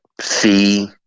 fee